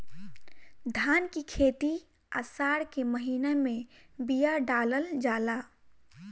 धान की खेती आसार के महीना में बिया डालल जाला?